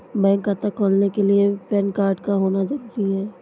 Bank खाता खोलने के लिए क्या पैन कार्ड का होना ज़रूरी है?